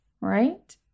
right